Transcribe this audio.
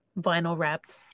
vinyl-wrapped